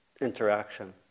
interaction